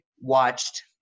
watched